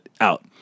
out